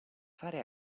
fare